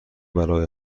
برای